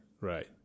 right